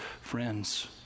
friends